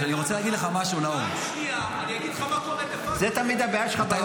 אני אגיד לך מה קורה דה פקטו --- זאת תמיד הבעיה שלך,